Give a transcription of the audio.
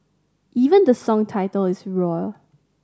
even the song's title is roar